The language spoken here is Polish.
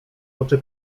oczy